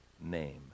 name